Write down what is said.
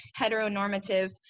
heteronormative